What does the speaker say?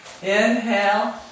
Inhale